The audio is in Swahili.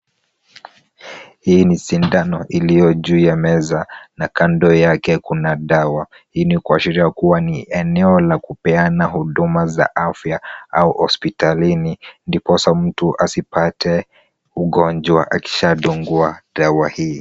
Hii ni sindano iliyojuu ya meza na kando yake kuna dawa. Hii nikuashiria kuiwashiria kuwa ni eneo la kupeana huduma za afya au hospitalini ndiposa mtu asipate ugonjwa akishadungwa dawa hii.